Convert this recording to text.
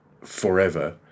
forever